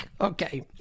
Okay